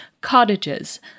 Cottages